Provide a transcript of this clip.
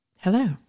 Hello